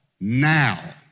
Now